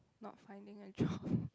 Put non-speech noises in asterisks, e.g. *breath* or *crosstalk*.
not finding a job *breath*